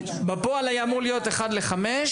בפועל היה אמור להיות אחד לחמש,